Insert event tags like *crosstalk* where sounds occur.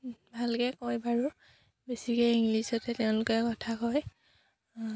*unintelligible* ভালকৈ কয় বাৰু বেছিকৈ ইংলিছতে তেওঁলোকে কথা কয়